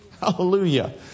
Hallelujah